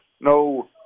no